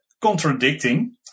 contradicting